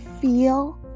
feel